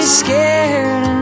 scared